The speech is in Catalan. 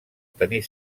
tenir